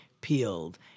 peeled